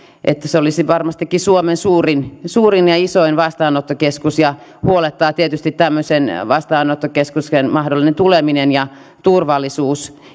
se olisi varmastikin suomen suurin suurin ja isoin vastaanottokeskus ja huolettaa tietysti tämmöisen vastaanottokeskuksen mahdollinen tuleminen turvallisuus